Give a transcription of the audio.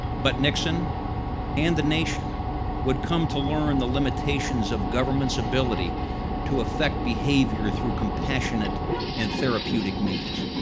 but nixon and the nation would come to learn the limitations of government's ability to affect behavior through compassionate and therapeutic means.